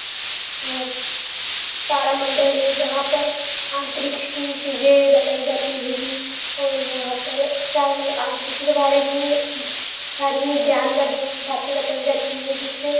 तारामंडल है जहाँ पर आंतरिक्ष की चीज़ें बताई जाती हैं कि और यहाँ पर सायमल आंतरिक्ष के बारे में सारी ज्ञानवर्धक बातें बताई जाती है जिससे